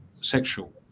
sexual